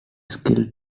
skill